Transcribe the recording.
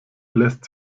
lässt